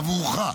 עבורך,